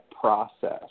process